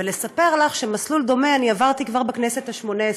ולספר לך שמסלול דומה אני עברתי כבר בכנסת השמונה-עשרה.